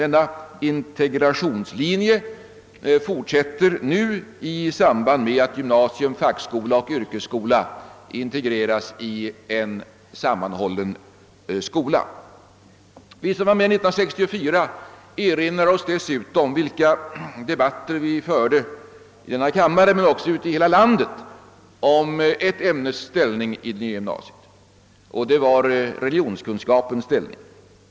Denna integrationslinje fortsätter nu i samband med att gymnasium, fackskola och yrkesskola integreras i en sammanhållen skola. Vi som var med 1964 erinrar oss dessutom vilka debatter vi förde i denna kammare, men också ute i hela landet, om eft ämnes ställning i gymnasiet, nämligen religionskunskapens ställning.